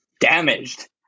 damaged